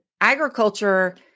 agriculture